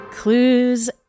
Clues